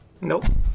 Nope